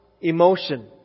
emotion